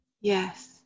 Yes